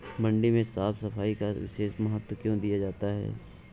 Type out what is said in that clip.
मंडी में साफ सफाई का विशेष महत्व क्यो दिया जाता है?